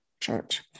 church